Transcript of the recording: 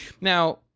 Now